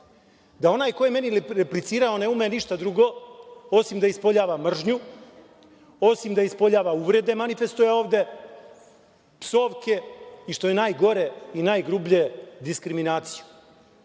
da onaj ko je meni replicirao ne ume ništa drugo osim da ispoljava mržnju, osim da ispoljava uvrede, manifestuje ovde psovke i, što je najgore i najgrublje, diskriminaciju. Diskriminaciju